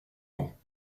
ans